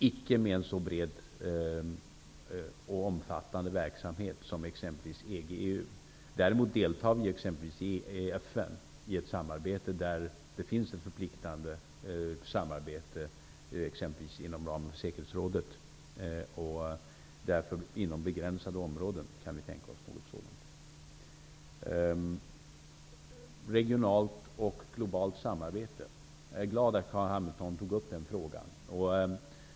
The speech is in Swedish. Icke med en så bred och omfattande verksamhet som t.ex. EG/EU. Däremot deltar vi exempelvis i FN där det finns förpliktande samarbete exempelvis inom ramen för FN:s säkerhetsråd. Inom begränsad omfattning kan vi alltså tänka oss det. För det tredje om regionalt resp. globalt samarbete: Jag är glad att Carl Hamilton tog upp denna fråga.